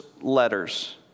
letters